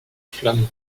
flamme